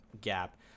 gap